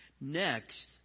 Next